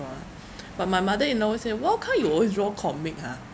draw ah but my mother in law always say how come you always draw comic !huh!